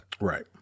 Right